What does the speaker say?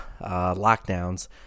lockdowns